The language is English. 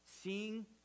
Seeing